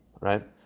right